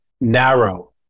narrow